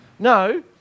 No